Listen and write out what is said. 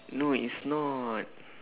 no it's not